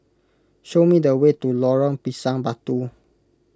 show me the way to Lorong Pisang Batu